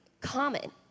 common